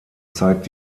zeigt